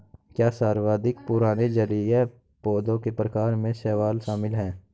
क्या सर्वाधिक पुराने जलीय पौधों के प्रकार में शैवाल शामिल है?